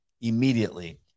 Immediately